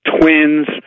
Twins